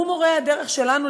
הוא מורה הדרך שלנו,